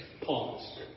Pause